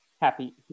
happy